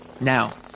now